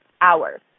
hours